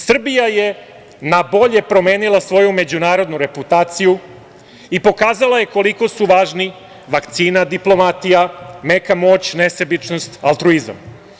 Srbija je na bolje promenila svoju međunarodnu reputaciju i pokazala je koliko su važni vakcina, diplomatija, meka moć, nesebičnost, altruizam.